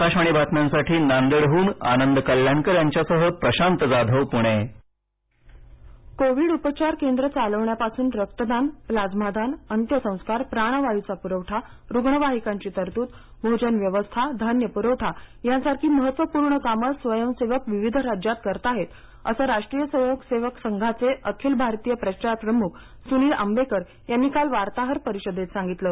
आकाशवाणी बातम्यांसाठी नांदेडहन आनंद कल्याणकि यांच्यासह प्रशांत जाधव प्णे संघ कोरोना कोविड उपचार केंद्र चालवण्यापासन रक्तदान प्लाझ्मा दान अंत्यसंस्कार प्राणवायचा पूरवठा रुग्णवाहिकांची तरतूद भोजनव्यवस्था धान्यपूरवठा यासारखी महत्त्वपूर्ण कामं स्वयंसेवक विविध राज्यांमध्ये करताहेत असं राष्ट्रीय स्वयंसेवक संघाचे अखिल भारतीय प्रचार प्रमुख सुनील आंबेकर यांनी काल वार्ताहर परिषदेत सांगितलं